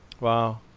Wow